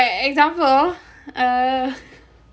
example uh